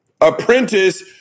apprentice